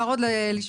לילך, תודה.